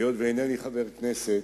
היות שאינני חבר הכנסת,